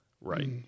Right